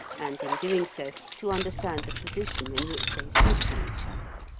and, in doing so, to understand the position in which they stood to each other.